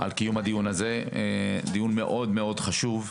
הזה דיון מאוד מאוד חשוב.